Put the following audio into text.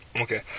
Okay